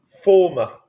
Former